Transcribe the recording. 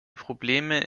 probleme